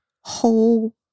whole